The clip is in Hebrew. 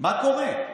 מה היה קורה,